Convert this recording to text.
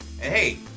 hey